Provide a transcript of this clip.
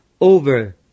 over